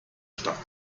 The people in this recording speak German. stadt